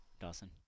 Dawson